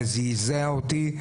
זה זעזע אותי,